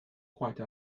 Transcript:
quite